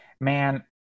man